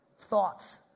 Thoughts